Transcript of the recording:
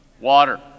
Water